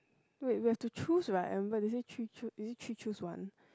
wait we have to choose right and wait is that three choo~ is it three choose one